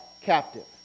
captive